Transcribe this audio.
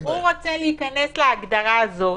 הוא רוצה להיכנס להגדרה הזאת,